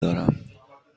دارم